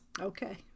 okay